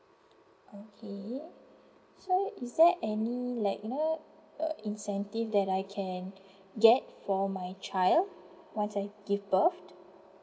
okay so is there any like you know uh incentive that I can get for my child once I give birth